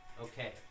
Okay